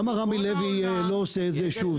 למה רמי לוי לא עושה את זה שוב?